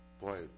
boy